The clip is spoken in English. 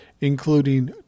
including